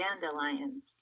dandelions